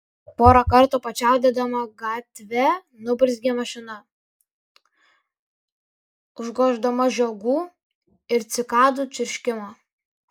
porą kartų pačiaudėdama gatve nuburzgė mašina užgoždama žiogų ir cikadų čirškimą